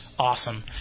Awesome